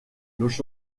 los